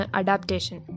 adaptation